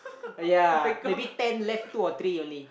yea maybe ten left two or three only